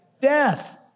death